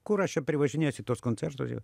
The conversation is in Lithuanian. kur aš čia privažinėsiu į tuos koncertus jau